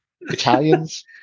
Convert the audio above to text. Italian's